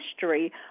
history